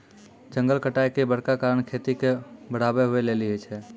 जंगल कटाय के बड़का कारण खेती के बढ़ाबै हुवै लेली छै